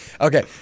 Okay